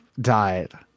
died